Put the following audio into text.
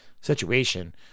situation